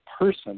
person